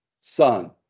son